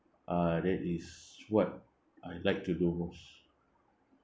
uh that is what I like to do most